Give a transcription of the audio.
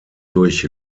durch